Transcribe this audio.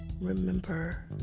remember